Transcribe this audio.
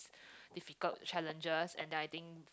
difficult challenges and then I think